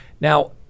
Now